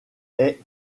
est